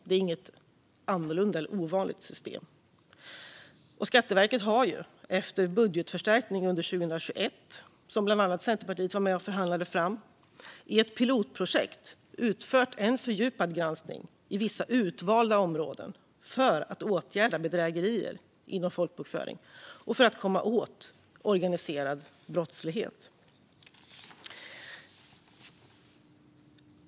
Det är inget annorlunda eller ovanligt system. Skatteverket har också efter budgetförstärkningen under 2021, som bland annat Centerpartiet var med och förhandlade fram, i ett pilotprojekt utfört en fördjupad granskning i vissa utvalda områden för att åtgärda bedrägerier inom folkbokföring och för att komma åt organiserad brottslighet.